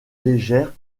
légères